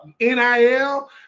NIL